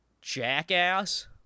jackass